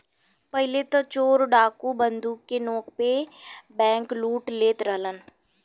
पहिले त चोर डाकू बंदूक के नोक पे बैंकलूट लेत रहलन